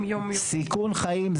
סיכון חיים יום יומי.